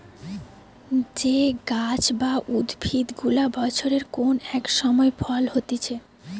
যে গাছ বা উদ্ভিদ গুলা বছরের কোন এক সময় ফল হতিছে